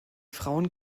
frauen